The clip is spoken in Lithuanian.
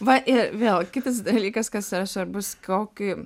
va ir vėl kitas dalykas kas yra svarbus kokį